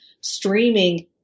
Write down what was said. streaming